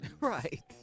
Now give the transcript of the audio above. right